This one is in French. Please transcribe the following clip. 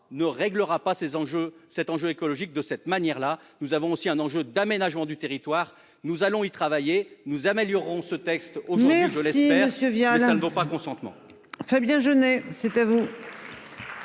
ne réglera pas ces enjeux cet enjeu écologique de cette manière-là. Nous avons aussi un enjeu d'aménagement du territoire. Nous allons-y travailler nous améliorerons ce texte au ministère je l'espère je viens ça ne vaut pas consentement. Fabien Genêt. C'est à vous.